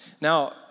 Now